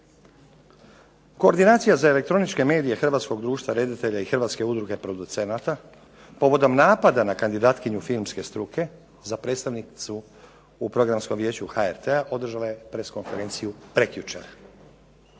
Koordinacija za elektroničke medije hrvatskog društva redatelja i Hrvatske udruge producenata povodom napada na kandidatkinju filmske struke za predstavnicu u Programskom vijeću HRT-a održala je press konferenciju prekjučer